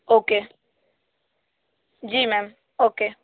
okay जी मैं okay